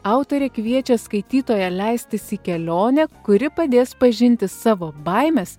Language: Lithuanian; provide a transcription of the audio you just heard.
autorė kviečia skaitytoją leistis į kelionę kuri padės pažinti savo baimes